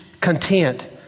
content